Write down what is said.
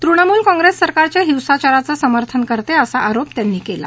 तृणमूल काँप्रेस सरकारच्या हिंसाचारचं समर्थन करते असा आरोप त्यांनी केला